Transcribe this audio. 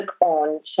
on